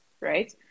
right